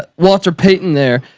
walter peyton there.